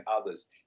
others